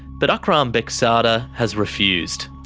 but akram bekzada has refused.